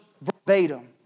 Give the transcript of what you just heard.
verbatim